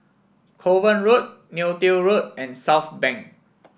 Kovan Road Neo Tiew Road and Southbank